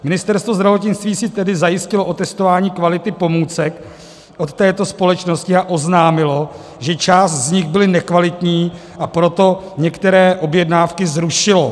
Ministerstvo zdravotnictví si tedy zajistilo otestování kvality pomůcek od této společnosti a oznámilo, že část z nich byly nekvalitní, a proto některé objednávky zrušilo.